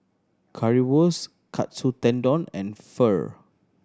Currywurst Katsu Tendon and Pho